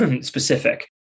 specific